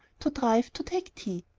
to drive, to take tea.